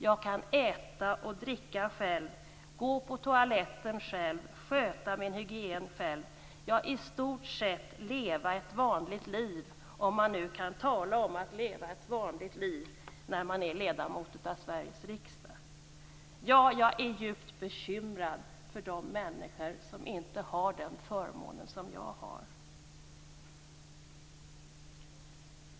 Jag kan äta och dricka själv, gå på toaletten själv, sköta min hygien själv - ja, i stort sett leva ett vanligt liv, om man nu kan tala om att leva ett vanligt liv när man är ledamot av Sveriges riksdag. Ja, jag är djupt bekymrad för de människor som inte har den förmånen som jag har.